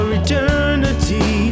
eternity